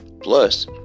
Plus